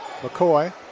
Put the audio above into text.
McCoy